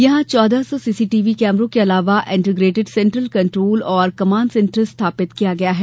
यहां चौदह सौ सीसीटीवी कैमरों के अलावा इंटीग्रेटिड सेंट्रल कंट्रोल और कमांड सेंटर स्थापित किया गया है